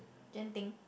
Genting